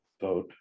vote